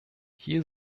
hier